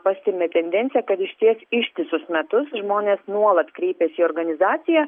pastebime tendenciją kad išties ištisus metus žmonės nuolat kreipiasi į organizaciją